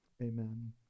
amen